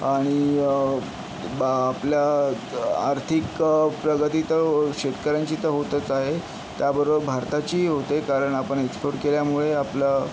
आणि बा आपल्या आर्थिक प्रगती तर शेतकऱ्यांची तर होतच आहे त्याबरोबर भारताचीही होते कारण आपण एक्स्पोर्ट केल्यामुळे आपलं